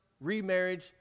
remarriage